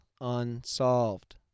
unsolved